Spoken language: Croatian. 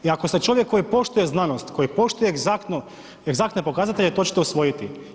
I ako ste čovjek koji poštuje znanost, koji poštuje egzaktno, egzaktne pokazatelje, to ćete usvojiti.